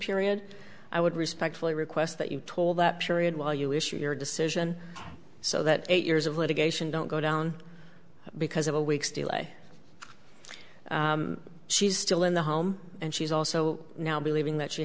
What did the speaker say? period i would respectfully request that you told that period while you issue your decision so that eight years of litigation don't go down because of a week's delay she's still in the home and she's also now believing that